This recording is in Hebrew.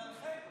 בגללכם,